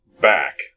back